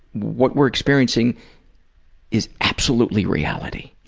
what we're experiencing is absolutely reality.